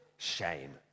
Shame